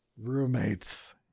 roommates